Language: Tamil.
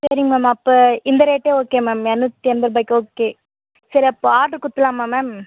சரிங்க மேம் அப்போ இந்த ரேட்டே ஓகே மேம் இரநூத்தி எண்பது ரூபாய்க்கு ஓகே சரி அப்போ ஆட்ரு கொடுத்துர்லாமா மேம்